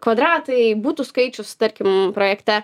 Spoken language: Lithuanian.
kvadratai butų skaičius tarkim projekte